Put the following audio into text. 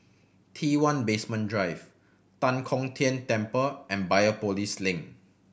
T One Basement Drive Tan Kong Tian Temple and Biopolis Link